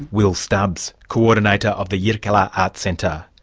will stubbs, coordinator of the yirrkala arts centre.